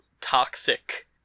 toxic